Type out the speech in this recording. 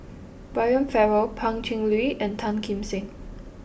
Brian Farrell Pan Cheng Lui and Tan Kim Seng